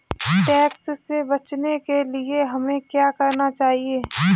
Tax से बचने के लिए हमें क्या करना चाहिए?